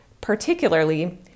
particularly